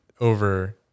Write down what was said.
over